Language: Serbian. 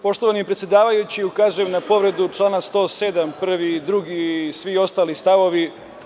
Poštovani predsedavajući, ukazujem na povredu člana 107. st. 1. i 2. i svi ostali stavovi.